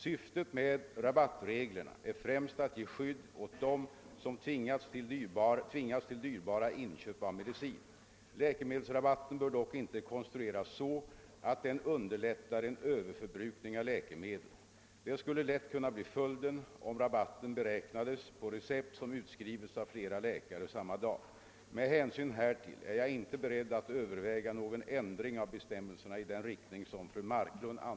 Syftet med rabattreglerna är främst att ge skydd åt dem som tvingas till dyrbara inköp av medicin. Läkemedelsrabatten bör dock inte konstrueras så att den underlättar en överförbrukning av läkemedel. Det skulle lätt kunna bli följden om rabatten beräknades på recept som utskrivits av flera läkare samma dag. Med hänsyn härtill är jag inte beredd att överväga någon ändring av